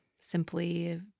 simply –